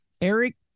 Eric